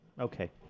Okay